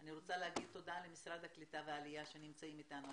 אני רוצה לומר תודה למשרד הקליטה והעלייה שנמצא אתנו.